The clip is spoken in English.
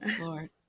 Lord